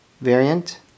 variant